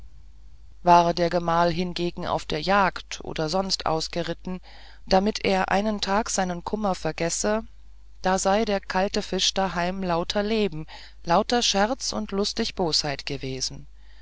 war der gemahl hingegen auf der jagd oder sonst ausgeritten damit er einen tag seinen kummer vergesse da sei der kalte fisch daheim lauter leben lauter scherz und lustige bosheit gewesen